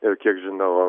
ir kiek žinau